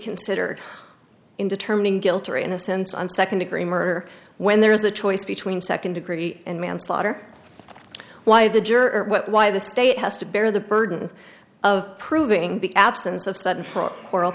considered in determining guilt or innocence on second degree murder when there is a choice between second degree manslaughter why the jurors why the state has to bear the burden of proving the absence of sudden